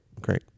Great